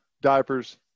diapers